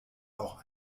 auch